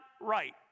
right